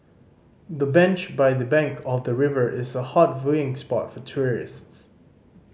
the bench by the bank of the river is a hot viewing spot for tourists